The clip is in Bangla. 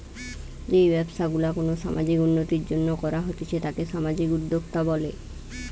যেই ব্যবসা গুলা কোনো সামাজিক উন্নতির জন্য করা হতিছে তাকে সামাজিক উদ্যোক্তা বলে